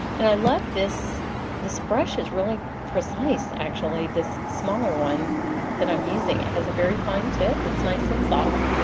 and i love this this brush it's really precise, actually this smaller one that i'm using. it has a very fine tip, it's nice and soft,